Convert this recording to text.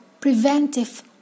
preventive